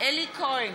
אלי כהן,